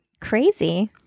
Crazy